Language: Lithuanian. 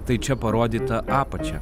tai čia parodyta apačia